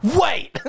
Wait